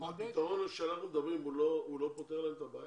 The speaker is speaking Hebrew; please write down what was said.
הפתרון עליו אנחנו מדברים, לא פותר להם את הבעיה?